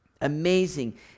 amazing